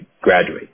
graduate